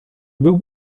był